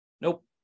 Nope